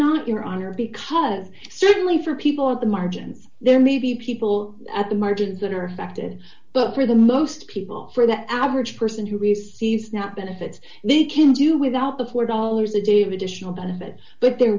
not your honor because certainly for people at the margins there may be people at the margins that are active but for the most people for the average person who receives not benefits they can do without the four dollars a day of additional benefit but there